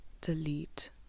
delete